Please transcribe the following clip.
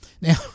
Now